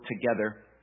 together